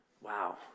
Wow